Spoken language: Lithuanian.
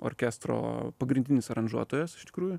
orkestro pagrindinis aranžuotojas iš tikrųjų